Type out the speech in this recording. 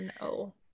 no